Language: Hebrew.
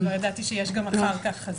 לא ידעתי שיש גם אחר כך.